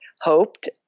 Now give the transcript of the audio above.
hoped